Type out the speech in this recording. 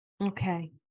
Okay